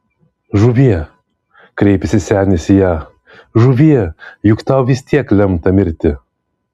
žuvie kreipėsi senis į ją žuvie juk tau vis tiek lemta mirti